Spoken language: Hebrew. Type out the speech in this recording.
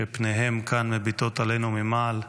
שפניהם כאן מביטות עלינו ממעל,